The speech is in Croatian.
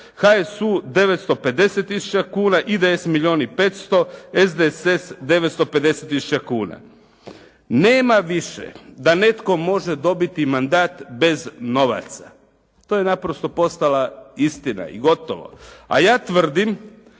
HSU 950 tisuća kuna, IDS milijun i 500, SDSS 950 tisuća kuna. Nema više da netko može dobiti mandat bez novaca. To je naprosto postala istina i gotovo. A ja tvrdim